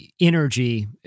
energy